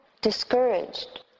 discouraged